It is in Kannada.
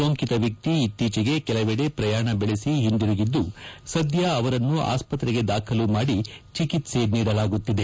ಸೋಂಕಿತ ವ್ಯಕ್ತಿ ಇಕ್ತೀಚೆಗೆ ಕೆಲವೆಡೆ ಪ್ರಯಾಣ ಬೆಳೆಸಿ ಒಂತಿರುಗಿದ್ದು ಸದ್ಯ ಅವರನ್ನು ಆಸ್ತ್ರೆಗೆ ದಾಖಲು ಮಾಡಿ ಚಿಕಿತ್ಸೆ ನೀಡಲಾಗುತ್ತಿದೆ